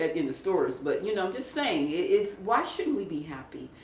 in the stores. but, you know, just saying it's why shouldn't we be happy.